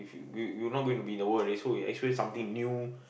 you you not going to be in the world already so you experience something new